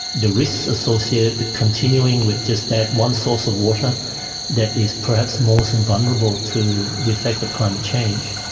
the risk associated with continuing with just that one source of water that is perhaps most invulnerable to the effects of climate change.